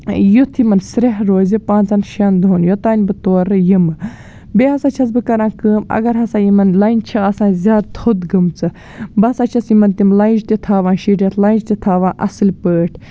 یُتھ یِمَن سرٛیٚہہ روزِ پانٛژَن شٮ۪ن دۄہَن یوٚتام بہٕ تورٕ یِمہٕ بیٚیہِ ہسا چھَس بہٕ کران کٲم اگر ہسا یِمَن لَنٛجہِ چھِ آسان زیادٕ تھوٚد گٔمژٕ بہٕ ہسا چھَس یِمَن تِم لَنٛجہِ تہِ تھاوان شیٖرِتھ لَنٛجہِ تہِ تھاوان اَصٕل پٲٹھۍ